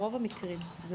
ברוב המקרים.